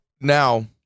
now